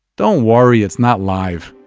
don't worry, it's not live.